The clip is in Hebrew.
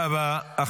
חבל על הזמן.